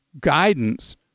guidance